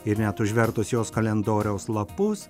ir net užvertus jos kalendoriaus lapus